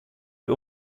die